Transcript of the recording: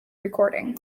recording